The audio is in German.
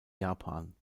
japan